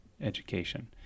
education